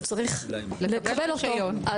הוא צריך לקבל אותו.